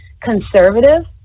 conservative